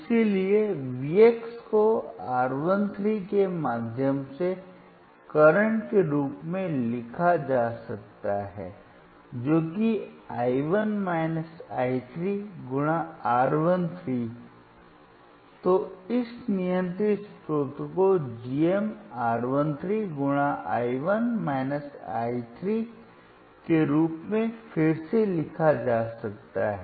इसलिए V x को R 1 3 के माध्यम से करंट के रूप में लिखा जा सकता है जो कि i 1 i 3 R 1 3 तो इस नियंत्रित स्रोत को G m R 1 3 i 1 i 3के रूप में फिर से लिखा जा सकता है